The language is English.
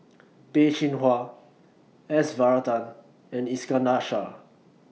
Peh Chin Hua S Varathan and Iskandar Shah